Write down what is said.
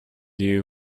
you